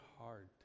hard